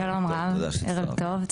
ערב טוב.